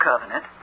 covenant